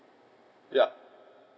yup